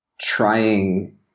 trying